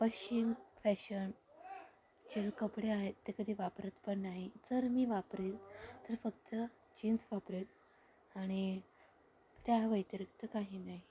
पश्चिम फॅशन चे जो कपडे आहेत ते कधी वापरत पण नाही जर मी वापरेल तर फक्त जीन्स वापरेल आणि त्याव्यतिरिक्त काही नाही